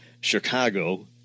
Chicago